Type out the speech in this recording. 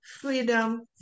freedom